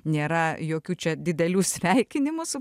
nėra jokių čia didelių sveikinimų su